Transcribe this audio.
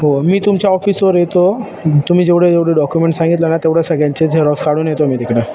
हो मी तुमच्या ऑफिसवर येतो तुम्ही जेवढं जेवढं डॉक्युमेंट सांगितलं ना तेवढ्या सगळ्यांचे झेरॉक्स काढून येतो मी तिकडं